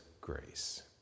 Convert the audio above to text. grace